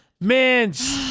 Mints